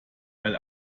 weil